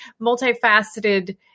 multifaceted